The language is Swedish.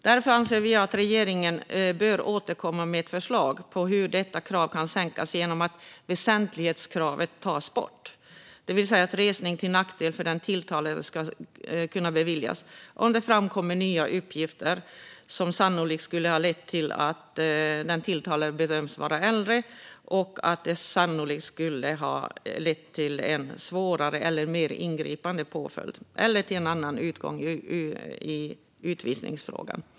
Därför anser vi att regeringen bör återkomma med ett förslag på hur detta krav kan sänkas genom att väsentlighetskravet tas bort, det vill säga att resning till nackdel för den tilltalade ska kunna beviljas om det framkommer nya uppgifter som sannolikt skulle ha lett till att den tilltalade hade bedömts vara äldre och att detta sannolikt skulle ha lett till en svårare eller mer ingripande påföljd eller till en annan utgång i utvisningsfrågan.